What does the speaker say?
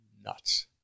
nuts